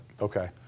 okay